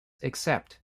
except